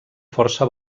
força